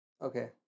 Okay